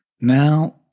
Now